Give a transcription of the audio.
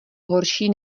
horší